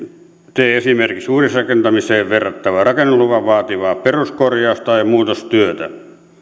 tee esimerkiksi uudisrakentamiseen verrattavaa rakennusluvan vaativaa peruskorjaus tai muutostyötä